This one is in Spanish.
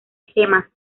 gemas